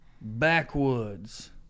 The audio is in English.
backwoods